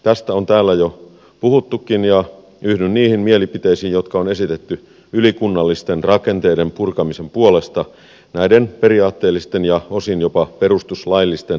tästä on täällä jo puhuttukin ja yhdyn niihin mielipiteisiin jotka on esitetty ylikunnallisten rakenteiden purkamisen puolesta näiden periaatteellisten ja osin jopa perustuslaillisten puutteiden takia